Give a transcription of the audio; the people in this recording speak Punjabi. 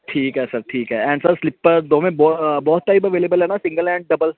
ਠੀਕ ਹੈ ਸਰ ਠੀਕ ਹੈ ਐਂਡ ਸਰ ਸਲਿਪਰ ਦੋਵੇਂ ਬ ਬੋਥ ਟਾਈਪ ਅਵੇਲੇਬਲ ਹੈ ਨਾ ਸਿੰਗਲ ਐਂਡ ਡਬਲ